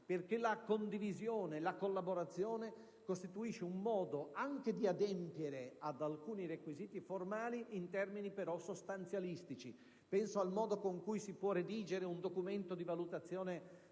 La condivisione e la collaborazione costituiscono, infatti, un modo di adempiere ad alcuni requisiti formali in termini, però, sostanzialisti ci penso al modo con il quale si può redigere un documento di valutazione